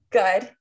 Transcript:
good